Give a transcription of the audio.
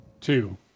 two